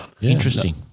Interesting